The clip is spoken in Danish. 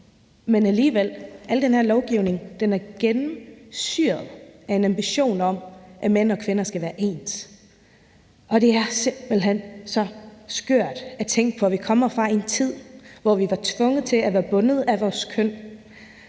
jeg sige, at den her lovgivning er gennemsyret af en ambition om, at mænd og kvinder skal være ens, og det er simpelt hen så skørt at tænke på, at vi kommer fra en tid, hvor vi var tvunget til at være bundet af vores køn,